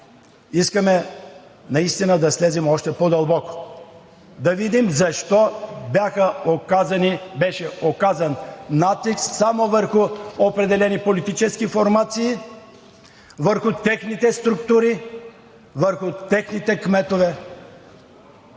искаме наистина да слезем още по-дълбоко – да видим защо беше оказан натиск само върху определени политически формации, върху техните структури, върху техните кметове.